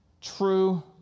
true